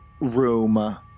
room